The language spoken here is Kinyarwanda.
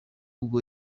ubwo